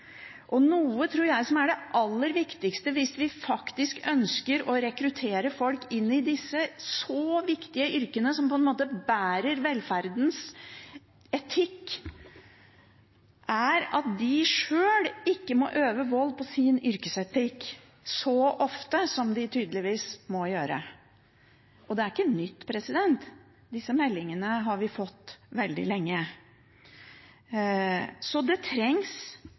Noe av det aller viktigste vi kan gjøre, tror jeg, hvis vi faktisk ønsker å rekruttere folk inn i disse viktige yrkene, som på en måte bærer velferdens etikk, er å sørge for at de sjøl ikke må øve vold mot sin yrkesetikk så ofte som de tydeligvis må gjøre. Dette er ikke nytt. Disse meldingene har vi fått veldig lenge. Det trengs